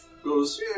Goes